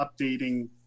updating